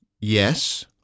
Yes